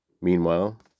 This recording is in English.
Meanwhile